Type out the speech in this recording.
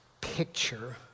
picture